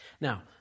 Now